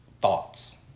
thoughts